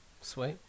Sweet